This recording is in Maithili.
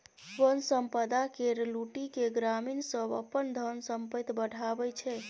बन संपदा केर लुटि केँ ग्रामीण सब अपन धन संपैत बढ़ाबै छै